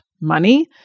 money